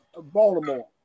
baltimore